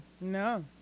No